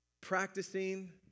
Practicing